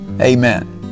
Amen